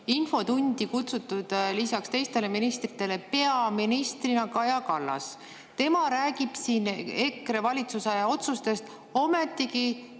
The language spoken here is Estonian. infotundi kutsutud lisaks ministritele peaminister Kaja Kallas. Tema räägib siin EKRE valitsuse otsustest, ometigi